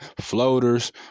floaters